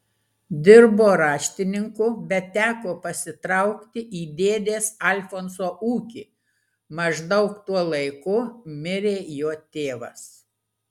dirbo raštininku bet teko pasitraukti į dėdės alfonso ūkį maždaug tuo laiku mirė jo tėvas